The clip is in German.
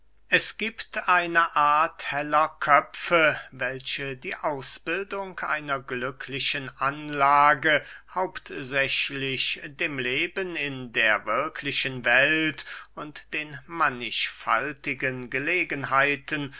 es giebt eine art heller köpfe welche die ausbildung einer glücklichen anlage hauptsächlich dem leben in der wirklichen welt und den mannigfaltigen gelegenheiten